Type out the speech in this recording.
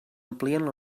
amplien